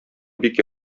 бик